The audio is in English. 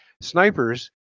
snipers